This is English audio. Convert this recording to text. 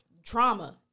Trauma